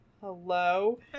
Hello